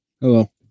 Hello